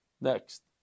Next